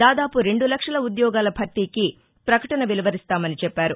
దాదాపు రెండు లక్షల ఉద్యోగాల భర్తీకి పకటన వెలువరిస్తామని చెప్పారు